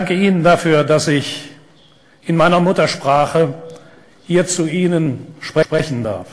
מאליו לשמוע את השפה הגרמנית בבית נבחר זה.